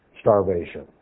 starvation